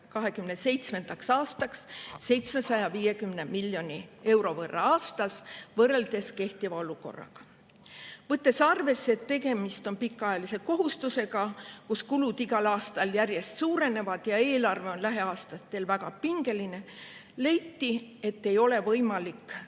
2027. aastaks 750 miljoni euro võrra aastas võrreldes kehtiva olukorraga. Võttes arvesse, et tegemist on pikaajalise kohustusega, [mille tõttu] kulud igal aastal järjest suurenevad, ja eelarve on lähiaastatel väga pingeline, leiti, et ei ole võimalik